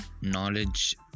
knowledge